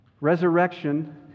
Resurrection